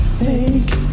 make